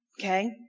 Okay